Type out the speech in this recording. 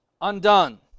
undone